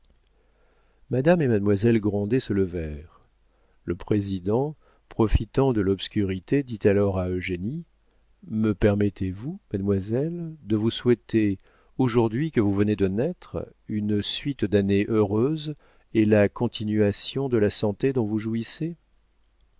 madame et mademoiselle grandet se levèrent le président profitant de l'obscurité dit alors à eugénie me permettez-vous mademoiselle de vous souhaiter aujourd'hui que vous venez de naître une suite d'années heureuses et la continuation de la santé dont vous jouissez